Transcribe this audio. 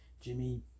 Jimmy